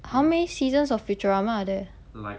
how many seasons of futurama are there